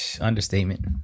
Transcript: Understatement